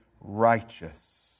righteous